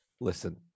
Listen